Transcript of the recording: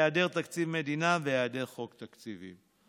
היעדר תקציב מדינה והיעדר חוק תקציבים,